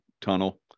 tunnel